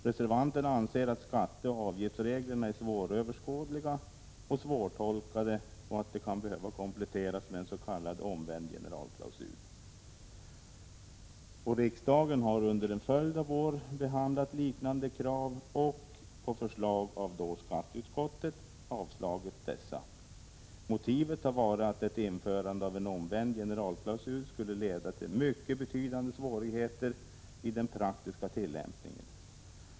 Reservanterna anser att skatteoch avgiftsreglerna är svåröverskådliga och svårtolkade och att de kan behöva kompletteras med en s.k. omvänd generalklausul. Riksdagen har under en följd av år behandlat liknande krav och på förslag av skatteutskottet avslagit dessa. Motivet har varit att ett införande av en omvänd generalklausul skulle leda till mycket betydande svårigheter i den praktiska tillämpningen.